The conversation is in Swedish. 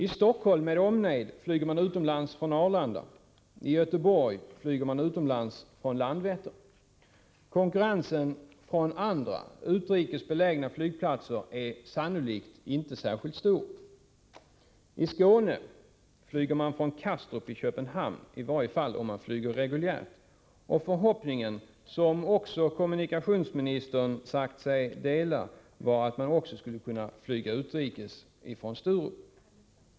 I Stockholm med omnejd flyger man till utlandet från Arlanda. I Göteborg flyger man till utlandet från Landvetter. Konkurrensen från andra, utrikes belägna flygplatser är sannolikt inte särskilt stor. De som befinner sig i Skåne reser till Kastrup i Köpenhamn och flyger därifrån — i varje fall om de flyger reguljärt. Förhoppningen — som också kommunikationsministern sagt sig dela — var att man även skulle kunna flyga utrikes från Sturup.